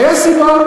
הייתה סיבה,